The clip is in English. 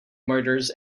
murders